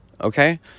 okay